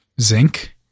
Zinc